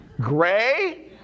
Gray